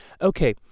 Okay